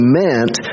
meant